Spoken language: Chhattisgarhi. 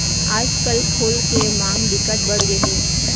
आजकल फूल के मांग बिकट बड़ गे हे